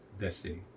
destiny